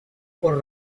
por